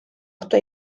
ohtu